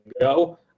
go